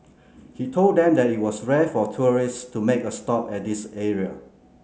he told them that it was rare for tourists to make a stop at this area